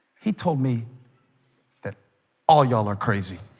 he told me that all y'all are crazy